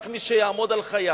רק מי שיעמוד על חייו